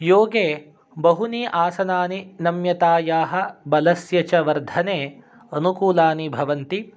योगे बहूनि आसनानि नम्यतायाः बलस्य च वर्धने अनुकूलानि भवन्ति